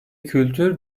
kültür